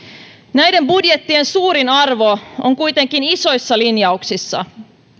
näiden budjettien suurin arvo on kuitenkin isoissa linjauksissa